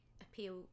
appeal